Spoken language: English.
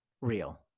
real